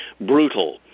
brutal